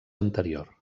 anterior